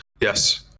yes